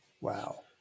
wow